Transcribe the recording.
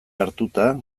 hartuta